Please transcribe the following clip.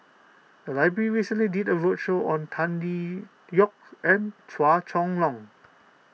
the library recently did a roadshow on Tan Tee Yoke and Chua Chong Long